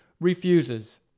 refuses